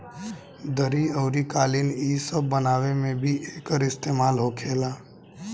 दरी अउरी कालीन इ सब बनावे मे भी एकर इस्तेमाल होखेला